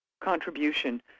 contribution